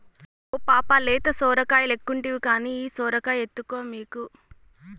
ఓ పాపా లేత సొరకాయలెక్కుంటివి కానీ ఈ సొరకాయ ఎత్తుకో మీకు